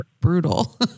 brutal